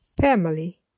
Family